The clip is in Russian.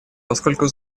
поскольку